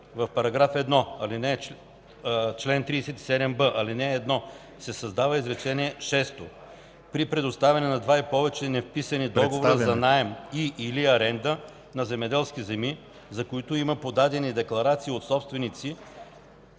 В § 1, чл. 37б, ал. 1 се създава изречение шесто: „При представяне на два и повече невписани договора за наем и/или аренда на земеделски земи, за които има подадени декларации от съсобственици,